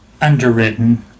underwritten